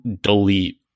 delete